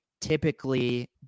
typically